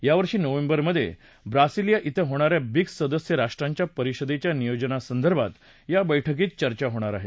यावर्षी नोव्हेंबर मधे ब्रासलिया ििं होणा या ब्रिक्स सदस्य राष्ट्रांच्या परिषदेच्या नियोजनासंदर्भात या बैठकीत चर्चा होणार आहे